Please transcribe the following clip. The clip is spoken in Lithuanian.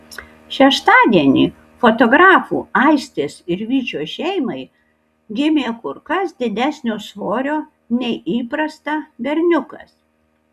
šeštadienį fotografų aistės ir vyčio šeimai gimė kur kas didesnio svorio nei įprasta berniukas